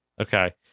Okay